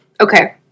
Okay